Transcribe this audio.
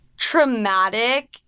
traumatic